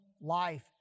life